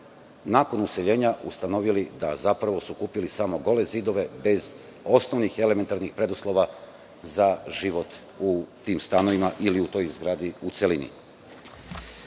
nakon useljenja ustanovili da su zapravo kupili samo gole zidove, bez osnovnih i elementarnih preduslova za život u tim stanovima, ili u toj zgradi u celini. Dame